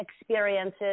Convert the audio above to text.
experiences